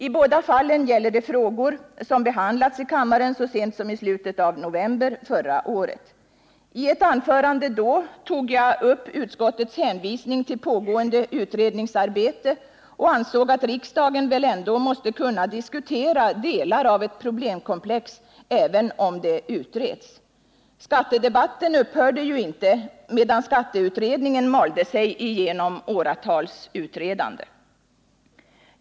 I båda fallen gäller det frågor som behandlats i kammaren så sent som i slutet av november förra året. I ett anförande då tog jag upp utskottets hänvisning till pågående utredningsarbete och anförde att riksdagen väl ändå måste kunna diskutera delar av eu problemkomplex, även om det är under utredning — skattedebatten upphörde ju inte medan skatteutredningen malde sig igenom åratals utredande.